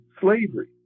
slavery